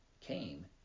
came